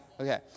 okay